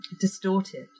distorted